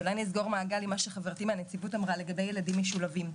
אולי אני אסגור מעגל עם מה שחברתי מהנציבות אמרה לגבי ילדים משולבים.